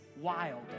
wild